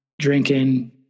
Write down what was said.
drinking